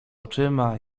oczyma